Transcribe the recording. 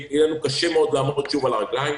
לנו קשה מאוד לעמוד שוב על הרגליים.